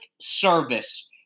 service